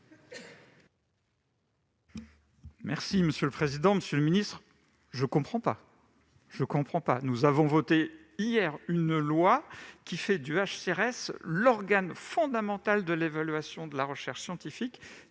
explication de vote. Monsieur le ministre, je ne comprends pas ! Nous avons voté hier une loi qui fait du Hcéres l'organe fondamental de l'évaluation de la recherche scientifique